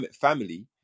family